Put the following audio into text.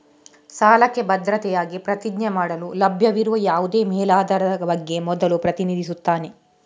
ಸಾಲಕ್ಕೆ ಭದ್ರತೆಯಾಗಿ ಪ್ರತಿಜ್ಞೆ ಮಾಡಲು ಲಭ್ಯವಿರುವ ಯಾವುದೇ ಮೇಲಾಧಾರದ ಬಗ್ಗೆ ಮೊದಲು ಪ್ರತಿನಿಧಿಸುತ್ತಾನೆ